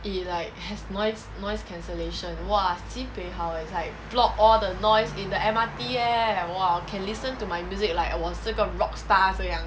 it like has noise noise cancellation !wah! sibeh 好 it's like block all the noise in the M_R_T eh !wow! can listen to my music like 我是个 rock star 这样